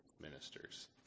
ministers